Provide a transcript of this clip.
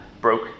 broke